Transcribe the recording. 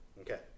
Okay